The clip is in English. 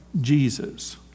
Jesus